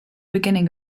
beginning